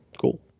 cool